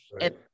Right